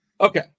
Okay